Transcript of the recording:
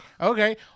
okay